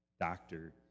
doctor